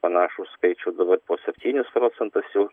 panašų skaičių dabar po septynis procentus